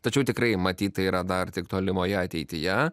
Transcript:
tačiau tikrai matyt tai yra dar tik tolimoje ateityje